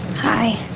Hi